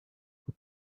who